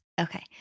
Okay